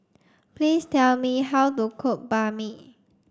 please tell me how to cook Banh Mi